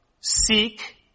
seek